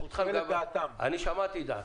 אני שמעתי את דעתם.